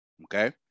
Okay